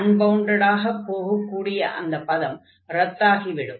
அன்பவுண்டடாக போகக்கூடிய அந்த பதம் ரத்தாகி விடும்